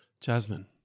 Jasmine